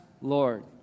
Lord